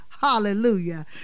hallelujah